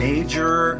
Major